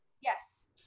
yes